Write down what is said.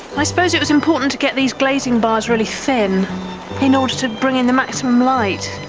i suppose it was important to get these glazing bars really thin in order to bring in the maximum light